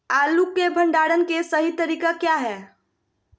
आलू के भंडारण के सही तरीका क्या है?